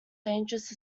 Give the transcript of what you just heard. dangerous